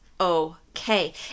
okay